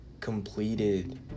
completed